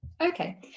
okay